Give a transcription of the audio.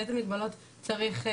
באילו מגבלות אפשר להקל.